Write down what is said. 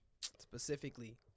specifically